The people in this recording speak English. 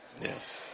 Yes